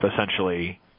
essentially